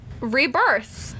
rebirth